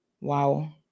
Wow